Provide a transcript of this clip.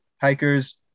hikers